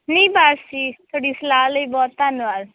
ਨਹੀਂ ਬਸ ਜੀ ਤੁਹਾਡੀ ਸਲਾਹ ਲਈ ਬਹੁਤ ਧੰਨਵਾਦ